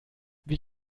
wie